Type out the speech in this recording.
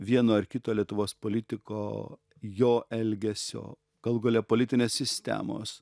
vieno ar kito lietuvos politiko jo elgesio galų gale politinės sistemos